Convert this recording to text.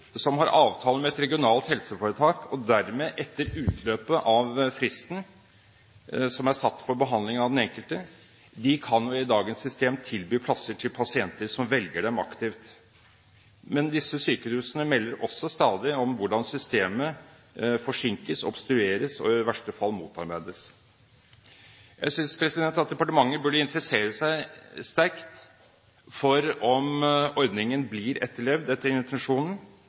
som har avtale med et regionalt helseforetak, etter utløpet av fristen som er satt for behandling av den enkelte pasient. Men disse sykehusene melder også stadig om hvordan systemet forsinkes, obstrueres og i verste fall motarbeides. Jeg synes at departementet bør interessere seg sterkt for om ordningen blir etterlevd etter intensjonen. Sånn sett er